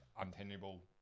untenable